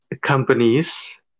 companies